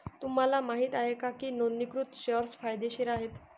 तुम्हाला माहित आहे का की नोंदणीकृत शेअर्स फायदेशीर आहेत?